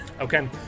Okay